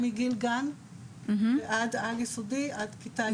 מגיל גן ועד על יסודי עד כיתה י'.